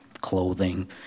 clothing